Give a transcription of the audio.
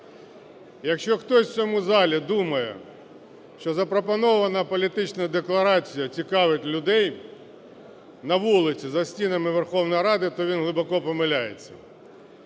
Якщо хтось в цьому залі думає, що запропонована політична декларація цікавить людей на вулиці за стінами Верховної Ради, то він глибоко помиляється.